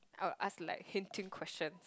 I'll ask like hinting question